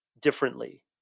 differently